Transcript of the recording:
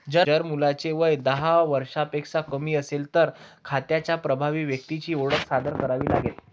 जर मुलाचे वय दहा वर्षांपेक्षा कमी असेल, तर खात्याच्या प्रभारी व्यक्तीची ओळख सादर करावी लागेल